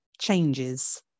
changes